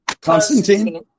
Constantine